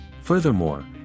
Furthermore